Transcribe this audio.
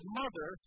mother